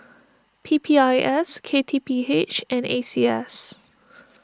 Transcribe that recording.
P P I S K T P H and A C S